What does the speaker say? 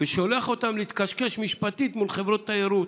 ושולח אותם להתקשקש משפטית מול חברות תיירות.